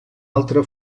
altra